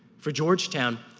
for georgetown,